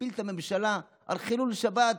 הפיל את הממשלה על חילול שבת.